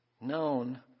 known